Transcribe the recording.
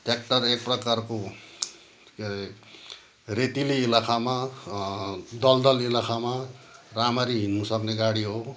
tractor एक प्रकारको यो रेतिली इलाकामा दलदल इलाकामा राम्ररी हिँड्नुसक्ने गाडी हो